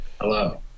Hello